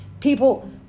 People